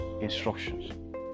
instructions